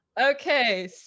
Okay